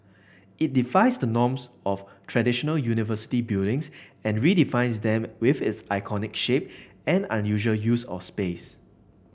it defies the norms of traditional university buildings and redefines them with its iconic shape and unusual use of space